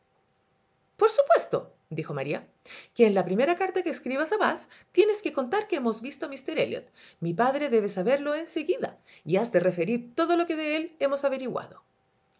por supuesto dijo maríaque en la primera carta que escribas a bath tienes que contar que hemos visto a míster elliot mi padre debe saberlo en seguida y has de referir todo lo que de él hemos averiguado